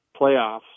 playoffs